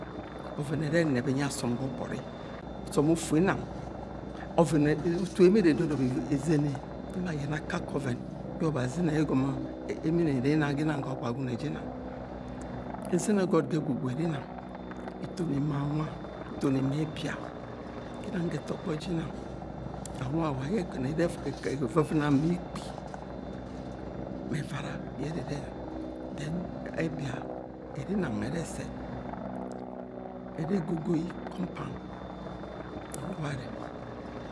Ọvẹn ẹrẹ ẹnyi asọm gbọgbọri o̱sọm ufu inang ọvẹn utu emo ere ẹdọdọbọ ezene emo ayẹnẹ akake ọvẹn yẹ obazi ina ẹgomo emo ere ẹna ginang ga Agwagune jinang ito ni ma Anwa ito ni ma Ẹbia ginang ga ẹtọgbọ jinang Anwa evɨvɨna ma ekpi, ma evara ye ere ere, dẹn Ẹbia erinang ẹrẹ ẹssẹ ere ẹgigoi kompaun.